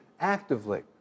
actively